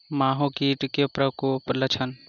माहो कीट केँ प्रकोपक लक्षण?